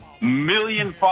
million